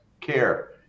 care